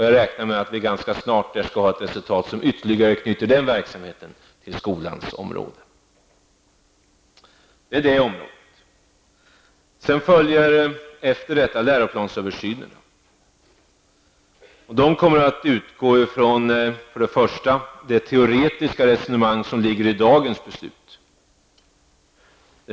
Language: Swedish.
Jag räknar med att man ganska snart skall få ett resultat som ytterligare anknyter den verksamheten till skolans område. Vid läroplansöversynen kommer man bl.a. att utgå från det teoretiska resonemang som ligger i dagens beslut.